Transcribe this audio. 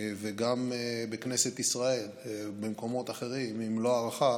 וגם בכנסת ישראל ובמקומות אחרים, עם מלא הערכה,